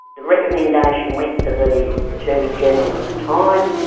the recommendation went to the attorney-general at the time,